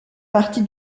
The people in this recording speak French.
partie